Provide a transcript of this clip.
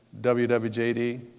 WWJD